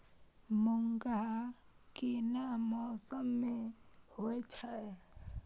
मूंग केना मौसम में होय छै?